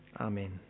Amen